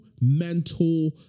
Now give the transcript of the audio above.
mental